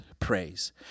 praise